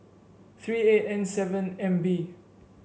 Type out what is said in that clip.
three eight N seven M B